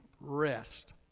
rest